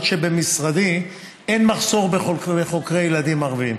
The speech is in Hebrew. שבמשרדי אין מחסור בחוקרי ילדים ערבים,